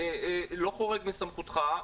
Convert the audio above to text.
לא חורג מסמכותך,